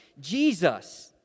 Jesus